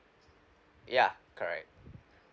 ya correct